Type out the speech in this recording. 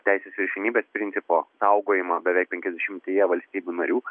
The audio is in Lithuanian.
teisės viršenybės principo saugojimą beveik penkiasdešimtyje valstybių narių